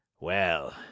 Well